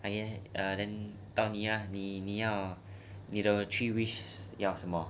ya err then 到你了你你的 three wish 要什么